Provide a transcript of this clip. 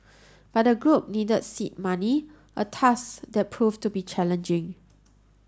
but the group needed seed money a task that proved to be challenging